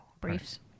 Briefs